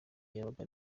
yabaga